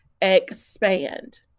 expand